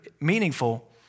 meaningful